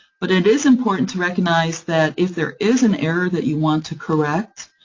but it is important to recognize that if there is an error that you want to correct,